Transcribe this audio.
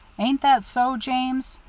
ain't that so, james?